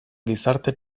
gizarte